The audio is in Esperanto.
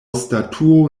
statuo